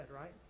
right